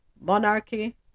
Monarchy